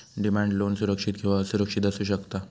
demand loan सुरक्षित किंवा असुरक्षित असू शकता